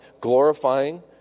glorifying